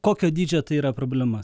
kokio dydžio tai yra problema